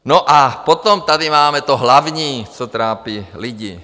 No a potom tady máme to hlavní, co trápí lidi.